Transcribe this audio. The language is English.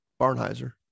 Barnheiser